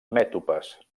mètopes